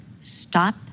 stop